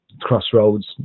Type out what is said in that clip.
crossroads